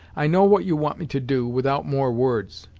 i know what you want me to do, without more words.